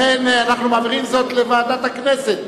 לכן אנחנו מעבירים זאת לוועדת הכנסת,